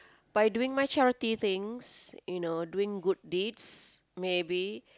by doing much charity things you know doing good deeds maybe